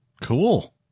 Cool